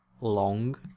long